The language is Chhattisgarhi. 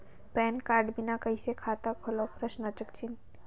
पैन कारड बिना कइसे खाता खोलव?